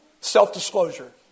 self-disclosure